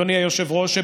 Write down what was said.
אדוני היושב-ראש,